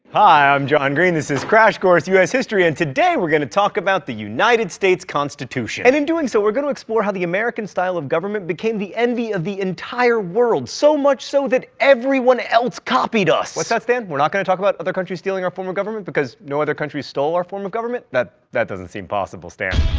hi, i'm john green, this is crash course u s. history, and today we're going to talk about the united states constitution. and, in doing so, we're going to explore how the american style of government became the envy of the entire world, so much so that everyone else copied us. what's that, stan? we're not gonna talk about other countries stealing our form of government? because no other country stole our form of government? that that doesn't seem possible, stan.